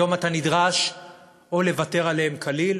היום אתה נדרש או לוותר עליהם כליל,